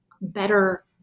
better